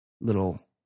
little